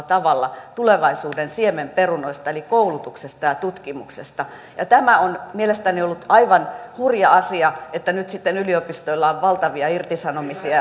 tavalla tulevaisuuden siemenperunoista eli koulutuksesta ja tutkimuksesta tämä on mielestäni ollut aivan hurja asia että nyt sitten yliopistoilla on valtavia irtisanomisia